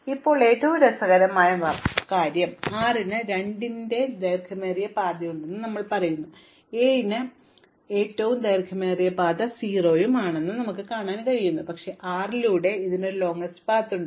ഇപ്പോൾ ഞങ്ങൾ രസകരമായ എന്തെങ്കിലും ചെയ്യും അതിനാൽ 6 ന് 2 ന്റെ ദൈർഘ്യമേറിയ പാതയുണ്ടെന്ന് ഞങ്ങൾ പറയുന്നു 7 ഇതിന് ഏറ്റവും ദൈർഘ്യമേറിയ പാത 0 ഉണ്ടെന്ന് ഞങ്ങൾ ഇതുവരെ വിശ്വസിച്ചു പക്ഷേ 6 ലൂടെ ഇതിന് ഒരു നീണ്ട പാതയുണ്ട്